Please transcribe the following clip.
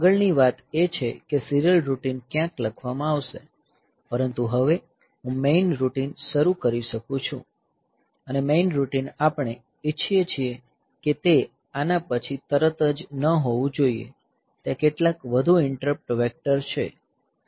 આગળની વાત એ છે કે સીરીયલ રૂટીન ક્યાંક લખવામાં આવશે પરંતુ હવે હું મેઈન રૂટીન શરૂ કરી શકું છું અને મેઈન રૂટીન આપણે ઇચ્છીએ છીએ કે તે આના પછી તરત જ ન હોવી જોઈએ ત્યાં કેટલાક વધુ ઇન્ટરપ્ટ વેક્ટર છે